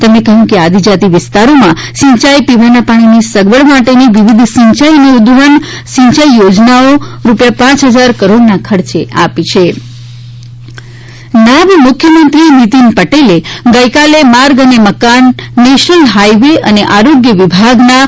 તેમણે કહ્યું કે આદિજાતિ વિસ્તારોમાં સિંચાઈ પીવાના પાણીની સગવડ માટેની વિવિધ સિંચાઇ અને ઉદ્વહન સિંયાઇ યોજનાઓ રૂપિયા પ હજાર કરોડના ખર્ચે આપી છે નીતિન પટેલ નાયબ મુખ્યમંત્રીશ્રી નીતિન પટેલે ગઈકાલે માર્ગ અને મકાન નેશનલ હાઈવે અને આરોગ્ય વિભાગના રૂ